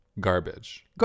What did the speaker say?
garbage